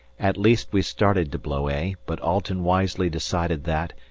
at least we started to blow a, but alten wisely decided that,